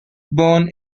born